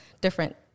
different